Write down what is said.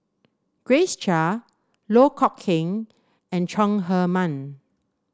Grace Chia Loh Kok Heng and Chong Heman